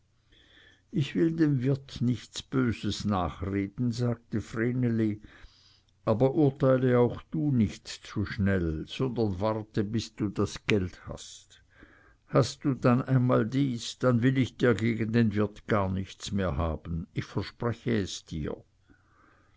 ich will dem wirt nichts böses nach reden sagte vreneli aber urteile auch du nicht zu schnell sondern warte bis du das geld hast hast du dann einmal dies dann will ich dir gegen den wirt gar nichts mehr haben ich verspreche es dir